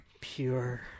pure